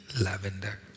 lavender